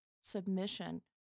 submission